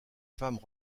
femmes